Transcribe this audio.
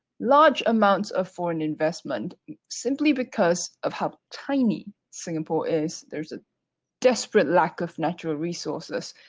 large amounts of foreign investment simply because of how tiny singapore is. there's a desperate lack of natural resources,